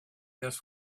this